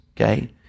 Okay